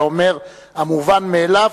היה אומר: המובן מאליו,